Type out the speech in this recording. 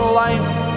life